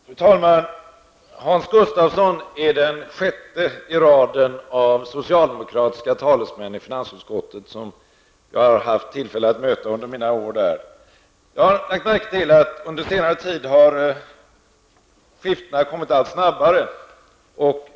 Fru talman! Hans Gustafsson är den sjätte i raden av socialdemokratiska talesmän i finansutskottet som jag har haft tillfälle att möta under mina år där. Jag har lagt märke till att skiftena har kommit allt snabbare under senare tid.